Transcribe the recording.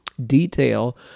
detail